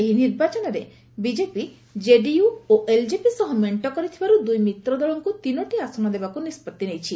ଏହି ନିର୍ବାଚନରେ BJP JDU ଓ ଏଲ୍ଜେପି ସହ ମେଣ୍ଟ କରିଥିବାରୁ ଦୁଇ ମିତ୍ର ଦଳଙ୍କୁ ତିନୋଟି ଆସନ ଦେବାକୁ ନିଷ୍ପଭି ନେଇଛି